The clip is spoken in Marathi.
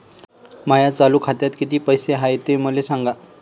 माया चालू खात्यात किती पैसे हाय ते मले सांगा